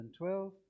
12